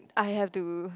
I have to